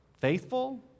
Faithful